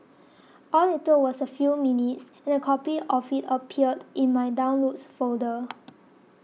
all it took was a few minutes and a copy of it appeared in my Downloads folder